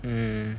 mm